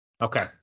Okay